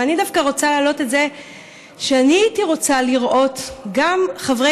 אבל אני דווקא רוצה להעלות את זה שאני הייתי רוצה לראות גם חברי